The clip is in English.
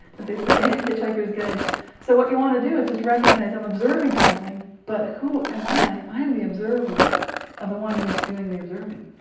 as they say hitchhiker's guide so what you want to do is just recognize, i'm observing something, but who am i? i'm the observer of the one who is doing the observing.